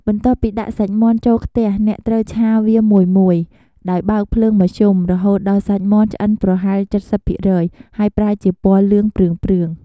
បន្ទាប់ពីដាក់សាច់មាន់ចូលខ្ទះ អ្នកត្រូវឆាវាមួយៗ ដោយបើកភ្លើងមធ្យម រហូតដល់សាច់មាន់ឆ្អិនប្រហែល ៧០% ហើយប្រែជាពណ៌លឿងព្រឿងៗ។